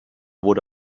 wurde